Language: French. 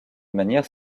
manière